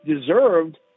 deserved